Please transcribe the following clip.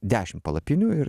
dešim palapinių ir